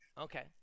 Okay